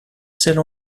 celle